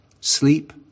sleep